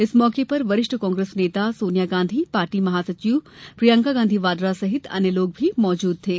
इस मौके पर वरिष्ठ कांग्रेस नेता सोनिया गांधी पार्टी महासचिव प्रियंका गांधी वाड्रा सहित अन्य लोग भी मौजूद थे